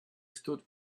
stood